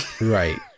Right